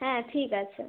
হ্যাঁ ঠিক আছে